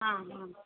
ହଁ ହଁ